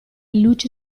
luci